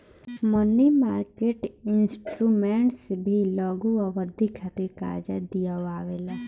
मनी market instruments भी लघु अवधि खातिर कार्जा दिअवावे ला